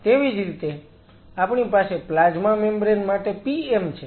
તેવી જ રીતે આપણી પાસે પ્લાઝમા મેમ્બ્રેન માટે PM છે